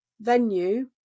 venue